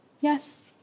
Yes